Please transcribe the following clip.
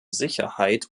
sicherheit